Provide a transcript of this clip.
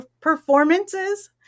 performances